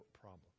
problem